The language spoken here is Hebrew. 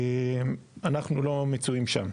אנחנו לא מצוים שם.